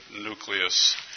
nucleus